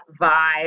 vibe